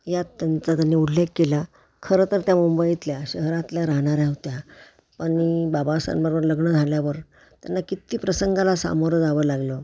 यात त्यांचा त्यांनी उल्लेख केला खरं तर त्या मुंबईतल्या शहरातल्या राहणाऱ्या होत्या आणि बाबासाहेबांबरोबर लग्न झाल्यावर त्यांना किती प्रसंगाला सामोरं जावं लागलं